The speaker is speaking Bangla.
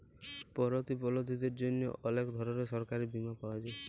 পরতিবলধীদের জ্যনহে অলেক ধরলের সরকারি বীমা পাওয়া যায়